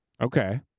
Okay